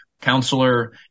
counselor